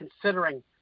considering